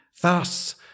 thus